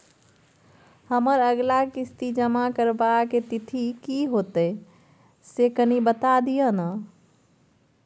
हमर अगला किस्ती जमा करबा के तिथि की होतै से कनी बता दिय न?